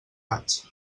vaig